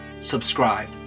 subscribe